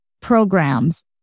programs